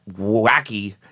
wacky